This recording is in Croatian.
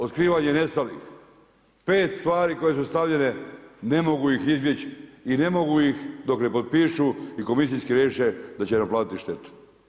Otkrivanje nestalih, 5 stvari koje su stavljene, ne mogu ih izbjeći i ne mogu ih dok ne potpišu i komisijski riješe da će naplatiti štetu.